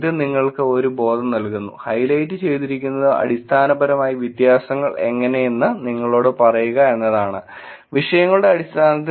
ഇത് നിങ്ങൾക്ക് ഒരു ബോധം നൽകുന്നു ഹൈലൈറ്റ് ചെയ്തിരിക്കുന്നത് അടിസ്ഥാനപരമായി വ്യത്യാസങ്ങൾ എങ്ങനെയെന്ന് നിങ്ങളോട് പറയുക എന്നതാണ് വിഷയങ്ങളുടെ അടിസ്ഥാനത്തിൽ